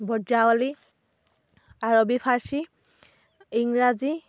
ব্ৰজাৱলী আৰৱী ফাৰ্চী ইংৰাজী